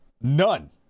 None